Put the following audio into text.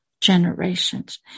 generations